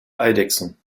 eidechsen